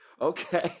Okay